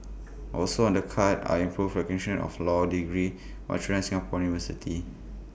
also on the cards are improved recognition of law degrees Australian Singaporean universities